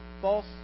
false